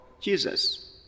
Jesus